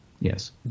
Yes